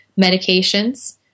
medications